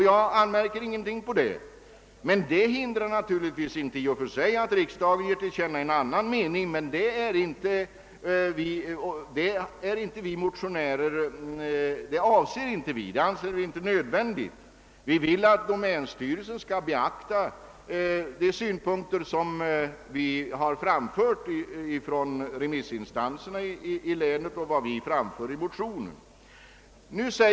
Jag anmärker inte på detta, men det hindrar naturligtvis inte i och för sig att riksdagen ger till känna en annan mening. Vi motionärer anser det inte nödvändigt. Vi vill att domänstyrelsen skall beakta de synpunkter som vi har framfört ifrån remissinstanserna i länet och vad vi framför i motionen.